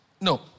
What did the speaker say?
No